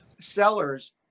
sellers